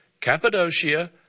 Cappadocia